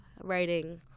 writing